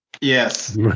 Yes